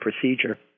procedure